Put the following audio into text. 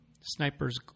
sniper's